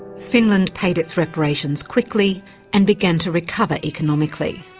finland paid its reparations quickly and began to recover economically.